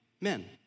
men